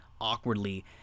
awkwardly